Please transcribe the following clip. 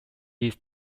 his